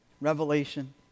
Revelation